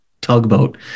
tugboat